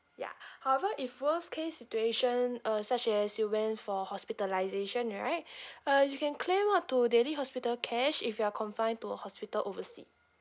ya however if worst case situation uh such as you went for hospitalisation right uh you can claim up to daily hospital cash if you are confined to a hospital oversea